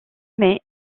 mets